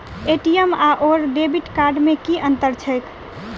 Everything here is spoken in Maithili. ए.टी.एम आओर डेबिट कार्ड मे की अंतर छैक?